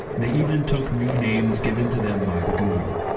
they even took new names given to them by the guru.